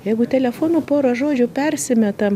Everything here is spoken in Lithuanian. jeigu telefonu pora žodžių persimetam